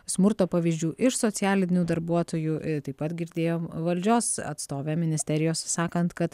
smurto pavyzdžių iš socialinių darbuotojų taip pat girdėjom valdžios atstovę ministerijos sakant kad